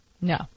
No